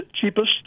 cheapest